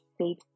safe